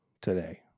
today